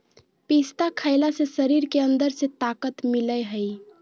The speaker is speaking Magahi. पिस्ता खईला से शरीर के अंदर से ताक़त मिलय हई